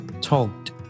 talked